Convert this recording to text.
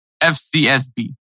FCSB